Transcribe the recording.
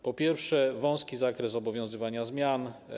Po pierwsze, wąski zakres obowiązywania zmian.